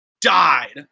died